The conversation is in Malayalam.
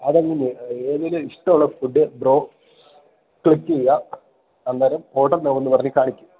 അതിൽനിന്നും ഏതെങ്കിലും ഇഷ്ടമുള്ള ഫുഡ് ബ്രോ ക്ലിക്ക് ചെയ്യുക അന്നേരം ഓർഡർ നൗ എന്നുപറഞ്ഞ് കാണിക്കും